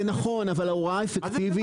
זה נכון, אבל ההוראה האפקטיבית